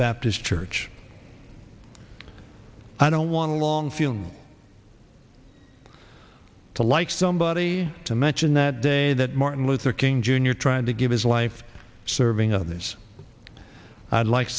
baptist church i don't want a long feeling to like somebody to mention that day that martin luther king jr tried to give his life serving on this i'd like